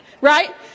right